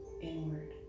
inward